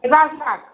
પચાસ લાખ